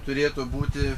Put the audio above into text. turėtų būti